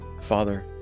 Father